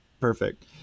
perfect